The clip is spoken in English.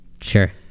sure